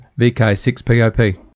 VK6POP